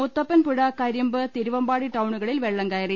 മുത്തപ്പൻപുഴ കരിമ്പ് തിരുവമ്പാടി ടൌണുകളിൽ വെള്ളം കയറി